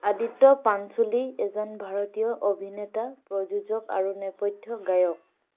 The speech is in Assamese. আদিত্য পাঞ্চোলী এজন ভাৰতীয় অভিনেতা প্ৰযোজক আৰু নেপথ্য গায়ক